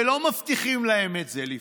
ולא מבטיחים להן את זה לפני,